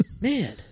Man